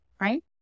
Right